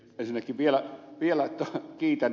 ensinnäkin vielä kiitän ed